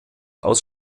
aus